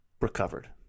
recovered